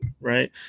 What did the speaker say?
right